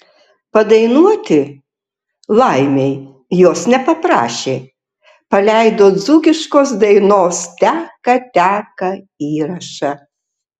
padainuoti laimei jos nepaprašė paleido dzūkiškos dainos teka teka įrašą